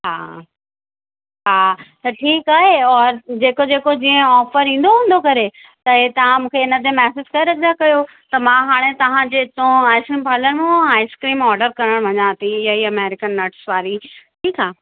हा हा त ठीकु आहे और जेको जेको जीअं ऑफ़र ईंदो हूंदो करे त इहे तव्हां मूंखे हिन ते मैसेज करे रखंदा कयो त मां हाणे तव्हांजे हितां आइस्क्रीम पालर मां आइस्क्रीम ऑडर करण वञां थी इअं ई अमेरिकन नट्स वारी ठीकु आहे